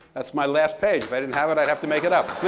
that's my last page if i didn't have it, i'd have to make it up.